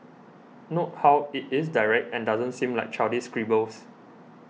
note how it is direct and doesn't seem like childish scribbles